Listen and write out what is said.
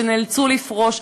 שנאלצו לפרוש,